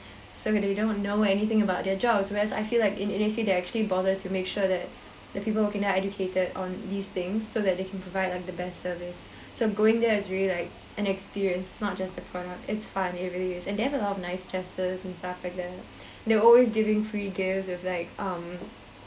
so they don't know anything about their jobs whereas I feel like in innisfree they actually bother to make sure that the people working there are educated on these things so that they can provide the best service so going there is really like an experience not just the product it's fun it really is and they have a lot of nice testers and stuff like that they always giving free gifts with like um